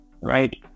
right